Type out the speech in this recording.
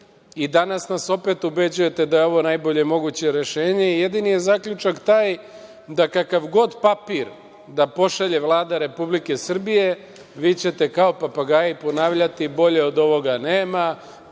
i danas nas opet ubeđujete da je ovo najbolje moguće rešenje. Jedini je zaključak taj da kakav god papir da pošalje Vlada Republike Srbije vi ćete kao papagaji ponavljati bolje od ovoga nema,